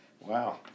Wow